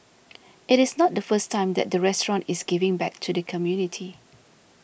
it is not the first time that the restaurant is giving back to the community